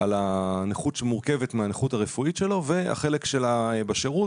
על הנכות שמורכבת מהנכות הרפואית שלו והחלק שלה בשירות.